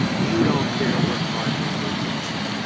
you don't care what private owner it comes from?